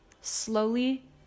slowly